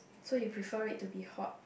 so you prefer it to be hot